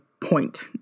point